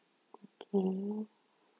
okay